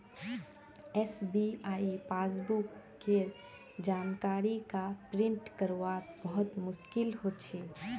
SBI passbook केर जानकारी क प्रिंट करवात बहुत मुस्कील हो छे